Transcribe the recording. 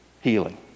healing